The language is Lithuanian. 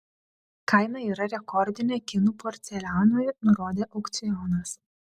kaina yra rekordinė kinų porcelianui nurodė aukcionas